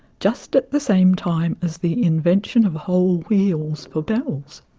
just at the same time as the invention of whole wheels for bells.